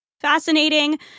fascinating